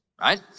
right